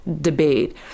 debate